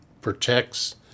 protects